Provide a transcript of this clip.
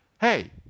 hey